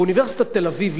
באוניברסיטת תל-אביב,